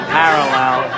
parallel